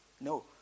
No